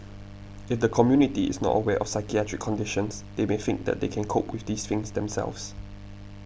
if the community is not aware of psychiatric conditions they may think that they can cope with these things themselves